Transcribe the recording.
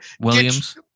williams